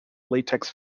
latex